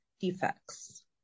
defects